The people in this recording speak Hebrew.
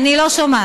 אני לא שומעת.